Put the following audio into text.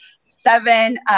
seven